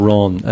Ron